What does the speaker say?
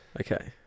Okay